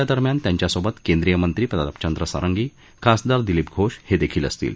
या दौ यादरम्यान त्यांच्यासोबत केंद्रीय मंत्री प्रताप चंद्र सारंगी खासदार दिलीप घोष हेदेखील असतील